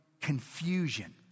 confusion